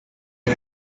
and